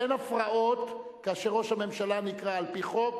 אין הפרעות כאשר ראש הממשלה נקרא על-פי חוק.